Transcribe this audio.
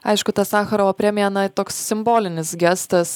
aišku ta sacharovo premija na toks simbolinis gestas